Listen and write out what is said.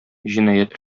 җинаять